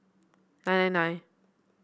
nine nine nine